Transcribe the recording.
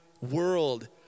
world